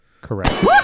Correct